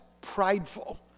prideful